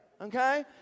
okay